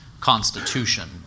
Constitution